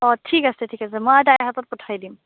অ ঠিক আছে ঠিক আছে মই তাইৰ হাতত পঠাই দিম